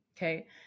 Okay